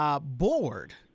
board